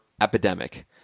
epidemic